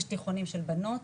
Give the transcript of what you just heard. יש תיכונים של בנות,